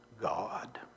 God